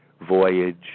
Voyage